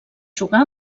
jugar